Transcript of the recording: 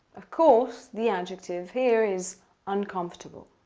of course, the adjective here is uncomfortable.